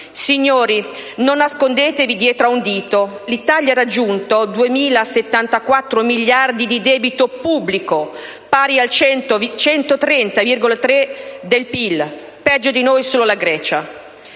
Signori, non nascondetevi dietro un dito: l'Italia ha raggiunto 2.074 miliardi di debito pubblico, pari al 130,3 per cento del PIL, peggio di noi solo la Grecia.